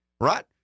right